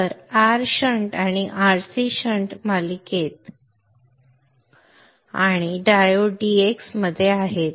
तर R shunt आणि RC shunt मालिकेत आणि डायोड dx मध्ये आहेत